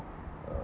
uh